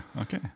Okay